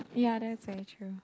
ya that's very true